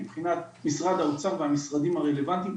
מבחינת משרד האוצר והמשרדים הרלוונטיים,